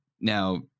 now